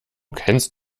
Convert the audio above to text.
kennst